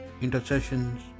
intercessions